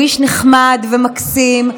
הוא איש נחמד ומקסים,